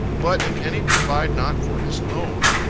but if any provide not for his own.